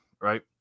right